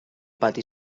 pati